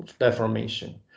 deformation